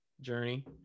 journey